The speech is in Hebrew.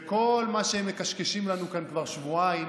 כל מה שהם מקשקשים לנו כאן כבר שבועיים,